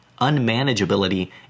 unmanageability